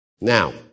Now